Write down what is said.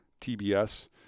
TBS